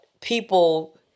people